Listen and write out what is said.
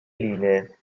linee